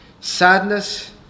sadness